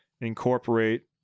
incorporate